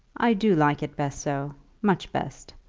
i do like it best so much best.